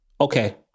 Okay